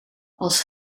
als